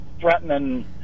threatening